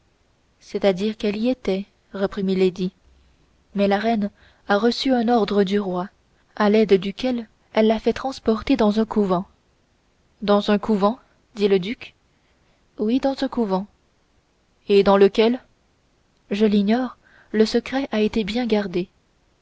c'est-à-dire qu'elle y était reprit milady mais la reine a surpris un ordre du roi à l'aide duquel elle l'a fait transporter dans un couvent dans un couvent dit le duc oui dans un couvent et dans lequel je l'ignore le secret a été bien gardé